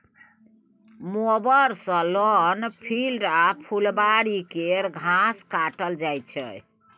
mower सँ lawn, field आ फुलबारी केर घास काटल जाइ छै